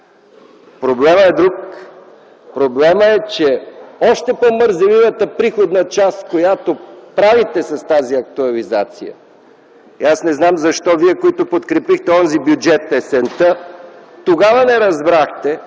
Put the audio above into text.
Проблемът е друг. Проблемът е още по-мързеливата приходна част, която правите с тази актуализация. И аз не зная защо вие, които подкрепихте онзи бюджет есента, тогава не разбрахте,